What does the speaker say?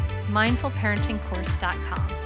mindfulparentingcourse.com